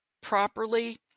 properly